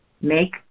Make